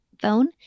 Phone